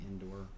indoor